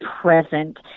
present